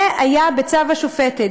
זה היה בצו השופטת.